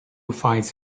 fights